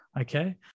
okay